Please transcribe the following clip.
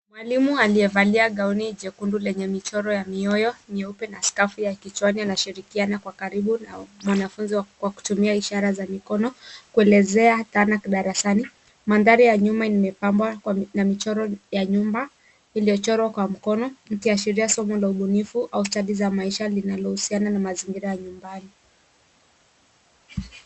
Mwalimu aliyevalia gauni jekundu lenye michoro ya mioyo nyeupe, na skafu ya kichwani anashirikiana kwa karibu na mwanafunzi kwa kutumia ishara ya mikono, kuelezea dhana darasani. Mandhari ya nyuma imepambwa, kwa ,na michoro ya nyumba iliochorwa kwa mkono, ikiashiria somo la ubunifu, au stadi za maisha linalohusiana na mazingira ya nyumbani.